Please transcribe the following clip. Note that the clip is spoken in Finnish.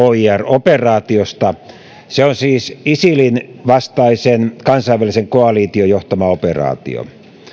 operaatiosta se on siis isilin vastaisen kansainvälisen koalition johtama operaatio